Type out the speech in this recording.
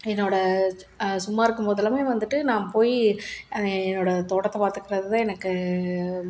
என்னோடய சும்மா இருக்கும் போதெல்லாமே வந்துகிட்டு நான் போய் என்னோடய தோட்டத்தை பார்த்துக்குறது தான் எனக்கு